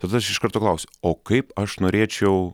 tad aš iš karto klausiu o kaip aš norėčiau